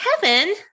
Kevin